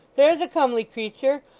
there's a comely creature!